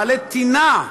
מלא טינה?